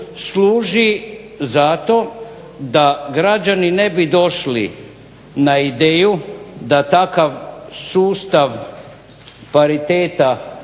služi zato da građani ne bi došli na ideju da takav sustav pariteta